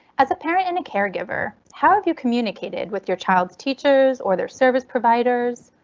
as a parent and a caregiver how have you communicated with your child's teachers or their service providers,